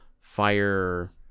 fire